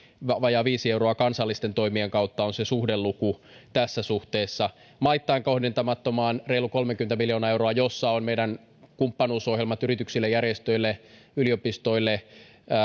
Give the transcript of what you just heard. vajaa viisi euroa kansallisten toimien kautta se on se suhdeluku tässä suhteessa maittain kohdentamattomaan kehitysyhteistyöhön menee reilu kolmekymmentä miljoonaa euroa missä on meidän kumppanuusohjelmamme yrityksille järjestöille yliopistoille